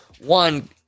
one